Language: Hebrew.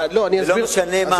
ולא משנה מה החוק,